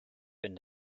bin